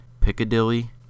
Piccadilly